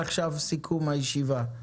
סיכום הישיבה: